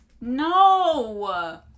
No